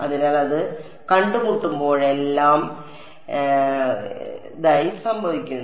അതിനാൽ അത് കണ്ടുമുട്ടുമ്പോഴെല്ലാം എന്ത് സംഭവിക്കും